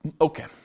Okay